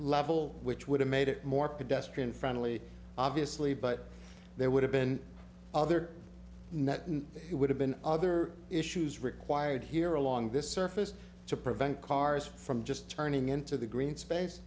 level which would have made it more pedestrian friendly obviously but there would have been other net and it would have been other issues required here along this surface to prevent cars from just turning into the green space